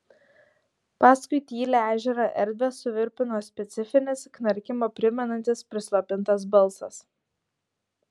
paskui tylią ežero erdvę suvirpino specifinis knarkimą primenantis prislopintas balsas